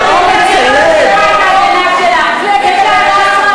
עוד שנייה ונשתחווה על אומץ הלב.